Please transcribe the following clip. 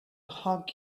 hug